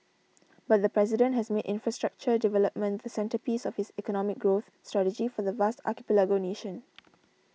but the president has made infrastructure development the centrepiece of his economic growth strategy for the vast archipelago nation